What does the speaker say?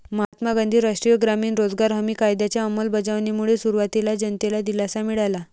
महात्मा गांधी राष्ट्रीय ग्रामीण रोजगार हमी कायद्याच्या अंमलबजावणीमुळे सुरुवातीला जनतेला दिलासा मिळाला